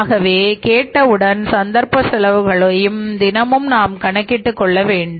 ஆகவே கேட்டவுடன் சந்தர்ப்ப செலவுகளையும் தினமும் நாம் கணக்கிட்டுக் கொள்ள வேண்டும்